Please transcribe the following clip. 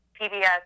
PBS